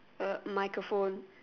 uh microphone